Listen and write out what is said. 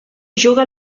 juga